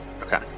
Okay